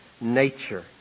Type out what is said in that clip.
nature